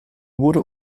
wurde